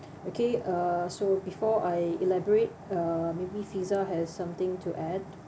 okay uh so before I elaborate uh maybe fizah has something to add